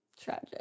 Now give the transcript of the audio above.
Tragic